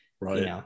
right